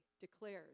declares